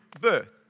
birth